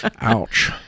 ouch